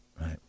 right